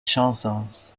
chansons